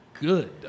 Good